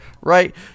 right